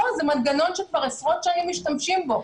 לא, זה מנגנון שכבר עשרות שנים משתמשים בו.